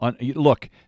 Look